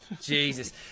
Jesus